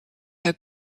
her